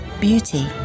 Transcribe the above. beauty